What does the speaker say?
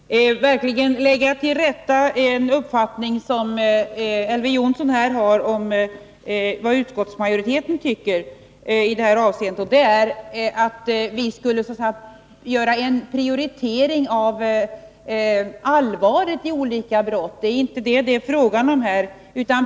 Vidgad använd Herr talman! Jag vill verkligen lägga till rätta den uppfattning som Elver ning av strafföre Jonsson har om vad utskottsmajoriteten tycker i detta avseende. Han menar läggande att vi skulle göra en ny prioritering av allvaret i olika brott. Det är inte det som det här är fråga om.